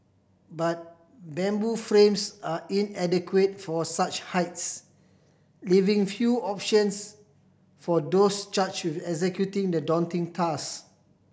but bamboo frames are inadequate for such heights leaving few options for those charged with executing the daunting task